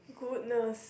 goodness